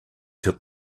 took